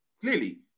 clearly